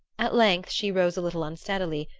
at length she rose a little unsteadily,